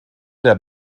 der